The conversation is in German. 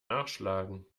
nachschlagen